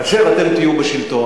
אבל, לא, כאשר אתם תהיו בשלטון,